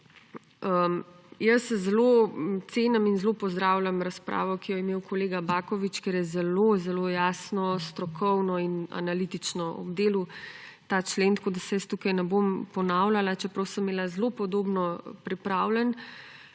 vlade. Zelo cenim in zelo pozdravljam razpravo, ki jo je imel kolega Baković, ker je zelo zelo jasno, strokovno in analitično obdelal ta člen, tako da se tukaj ne bom ponavljala, čeprav sem imela pripravljeno